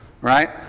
Right